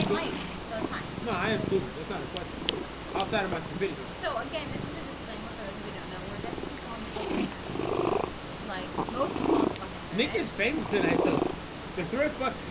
like so so it's fine no, i am stupid. it's not a question but outside of my stupidity so again, this is a disclaimer. for those of you don't know. we're just people on the fucking internet like most people on the fuckin niggas famous tonight though the thrift fuck.